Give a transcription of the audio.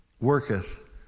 Worketh